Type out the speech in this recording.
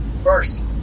First